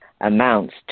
amounts